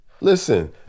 Listen